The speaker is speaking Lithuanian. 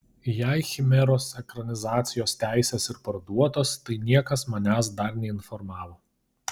jei chimeros ekranizacijos teisės ir parduotos tai niekas manęs dar neinformavo